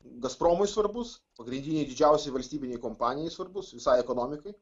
gazpromui svarbus pagrindinei didžiausiai valstybinei kompanijai svarbus visai ekonomikai